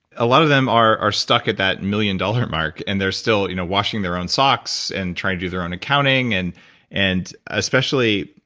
a lot of them are are stuck at that million dollar mark, and they're still you know washing their own socks and trying to do their own accounting, and and especially,